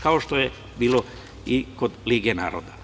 Kao što je bilo i kod lige naroda.